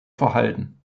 verhalten